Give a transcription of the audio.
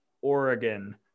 Oregon